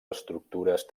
estructures